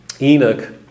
Enoch